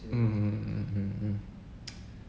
mm mm mm mm mm mm